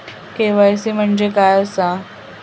KYC म्हणजे काय आसा?